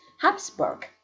Habsburg